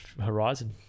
Horizon